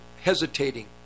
hesitating